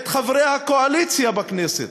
את חברי הקואליציה בכנסת,